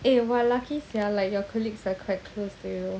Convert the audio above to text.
eh !wah! lucky sia like your colleagues are quite close to you